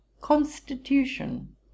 constitution